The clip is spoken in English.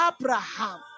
Abraham